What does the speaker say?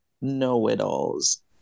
know-it-alls